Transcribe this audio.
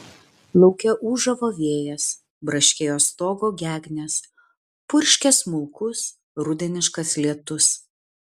lauke ūžavo vėjas braškėjo stogo gegnės purškė smulkus rudeniškas lietus